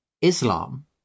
Islam